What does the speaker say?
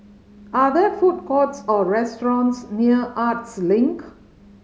are there food courts or restaurants near Arts Link